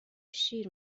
شیر